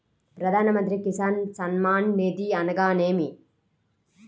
ప్రధాన మంత్రి కిసాన్ సన్మాన్ నిధి అనగా ఏమి?